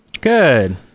Good